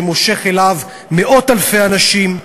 שמושך אליו מאות-אלפי אנשים.